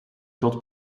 groot